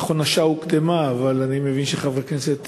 נכון שהשעה הוקדמה, אבל אני מבין שחברי הכנסת